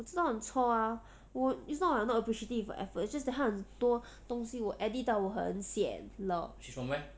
我知道很 cou ah 我 it's not I'm not appreciative of her effort it's just that 她很多东西我 edit 到我很 sian 了